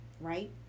Right